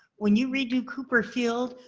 when you redo cooper field,